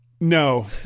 No